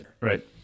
Right